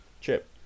Chip